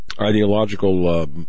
ideological